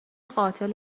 قاتل